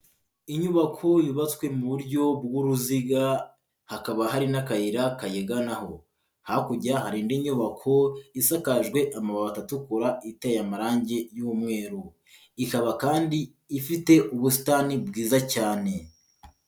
Inyubako yubatswe mu buryo bw'uruziga, hakaba hari n'akayira kayiganaho, hakurya hari indi nyubako isakajwe amabati atukura iteye amarangi y'umweru, ikaba kandi ifite ubusitani bwiza cyane.